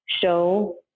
show